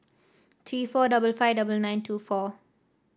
three four double five double nine two four